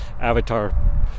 avatar